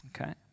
Okay